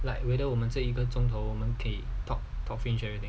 like whether 我们这一个钟头我们可以 talk talk finish everything